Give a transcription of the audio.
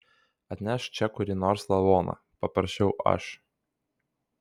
atnešk čia kurį nors lavoną paprašiau aš